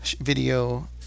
video